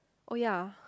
oh ya